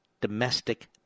domestic